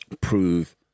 prove